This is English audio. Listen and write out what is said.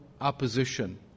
opposition